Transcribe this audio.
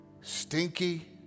stinky